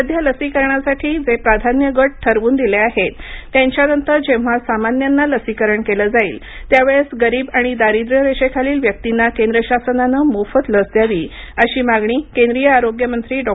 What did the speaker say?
सध्या लसीकरणासाठी जे प्राधान्य गट ठरवून दिले आहेत त्यांच्यानंतर जेव्हा सामान्यांना लसीकरण केलं जाईल त्या वेळेस गरीब आणि दारिद्र्यरेषेखालील व्यक्तींना केंद्र शासनाने मोफत लस द्यावी अशी मागणी केंद्रीय आरोग्यमंत्री डॉ